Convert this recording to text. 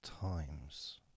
times